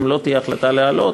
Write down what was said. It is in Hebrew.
אם לא תהיה החלטה להעלות,